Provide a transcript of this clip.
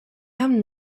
have